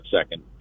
second